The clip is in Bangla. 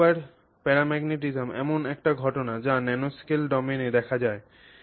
এই সুপার প্যারাম্যাগনেটিজম এমন একটি ঘটনা যা ন্যানোস্কেল ডোমেনে দেখা যায়